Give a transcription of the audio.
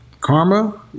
Karma